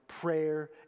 Prayer